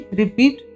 repeat